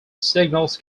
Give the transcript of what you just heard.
signals